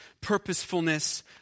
purposefulness